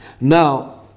Now